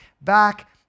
back